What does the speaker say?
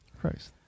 Christ